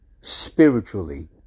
spiritually